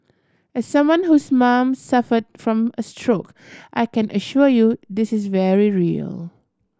as someone whose mom suffered from a stroke I can assure you this is very real